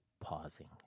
pausing